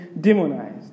demonized